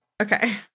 okay